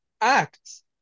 acts